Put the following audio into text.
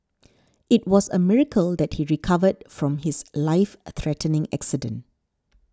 it was a miracle that he recovered from his life threatening accident